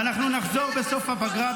ואנחנו נחזור בסוף הפגרה,